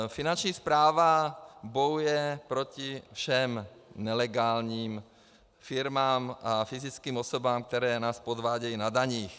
Finanční správa bojuje proti všem nelegálním firmám a fyzickým osobám, které nás podvádějí na daních.